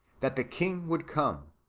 that the king would come,